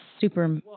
super